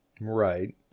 Right